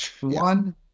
One